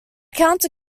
counter